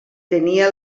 tenia